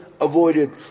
avoided